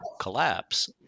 collapse